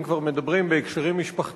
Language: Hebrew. אם כבר מדברים בהקשרים משפחתיים,